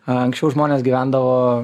anksčiau žmonės gyvendavo